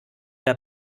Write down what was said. der